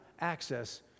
access